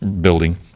building